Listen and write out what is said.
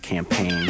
Campaign